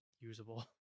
usable